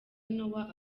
noah